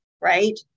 right